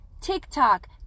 TikTok